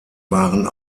waren